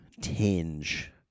tinge